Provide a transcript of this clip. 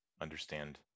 understand